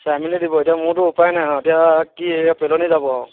চাই মেলি দিব এতিয়া মোৰতো উপায় নাই আৰু এতিয়া কি এই পেলনি যাব আৰু